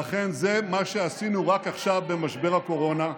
ואכן, זה מה שעשינו רק עכשיו, במשבר הקורונה: